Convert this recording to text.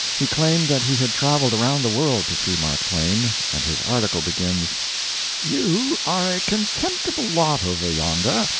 he claimed that he had traveled around the world to see mark twain, and his article begins you are a contemptible lot over yonder.